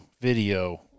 video